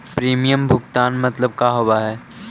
Premium भुगतान मतलब का होव हइ?